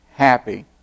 happy